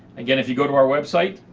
again, if you go to our website,